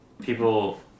people